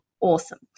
Awesome